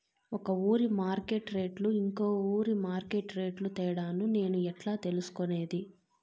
ఒక ఊరి మార్కెట్ రేట్లు ఇంకో ఊరి మార్కెట్ రేట్లు తేడాను నేను ఎట్లా తెలుసుకునేది?